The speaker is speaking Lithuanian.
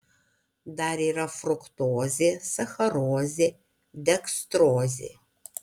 dar yra fruktozė sacharozė dekstrozė